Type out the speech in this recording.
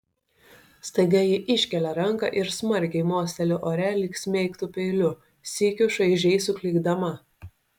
staiga ji iškelia ranką ir smarkiai mosteli ore lyg smeigtų peiliu sykiu šaižiai suklykdama